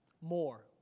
more